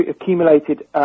accumulated